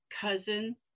cousin